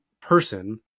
person